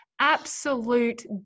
absolute